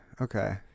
Okay